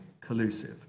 collusive